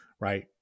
right